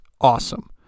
awesome